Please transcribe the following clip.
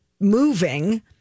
moving